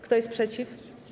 Kto jest przeciw?